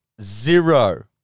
zero